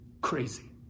Crazy